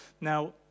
Now